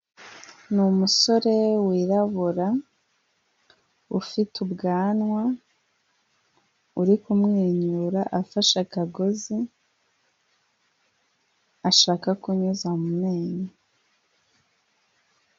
Ni umusore wirabura, ufite ubwanwa uri kumwenyura, afashe kagozi ashaka kunyuza mu menyo.